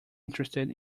interested